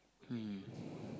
mm